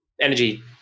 energy